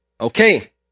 Okay